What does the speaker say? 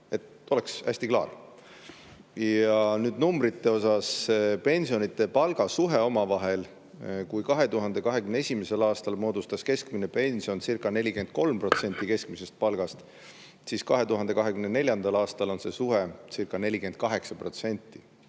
oleks hästi klaar. Ja nüüd numbrite osas pensionide ja palga suhe omavahel. Kui 2021. aastal moodustas keskmine pensioncirca43% keskmisest palgast, siis 2024. aastal on see suhecirca48%.